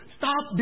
stop